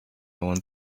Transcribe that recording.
want